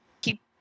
Keep